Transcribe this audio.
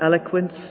eloquence